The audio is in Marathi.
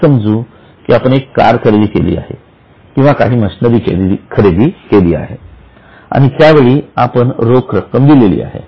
असे समजू की आपण एक कार खरेदी केली आहे किंवा काही मशिनरी खरेदी केली आहे आणि त्यावेळी आपण रोख रक्कम दिलेली आहे